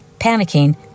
panicking